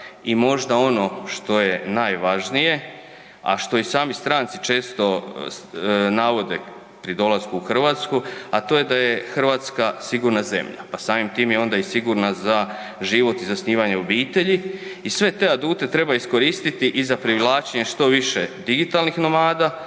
i možda ono što je najvažnije, a što i sami stranci često navode pri dolasku u Hrvatsku, a to je da je Hrvatska sigurna zemlja, pa samim tim je onda i sigurna za život i zasnivanje obitelji i sve te adute treba iskoristiti i za privlačenje što više digitalnih nomada,